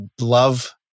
love